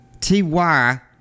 T-Y